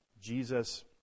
Jesus